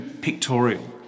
pictorial